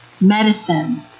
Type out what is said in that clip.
medicine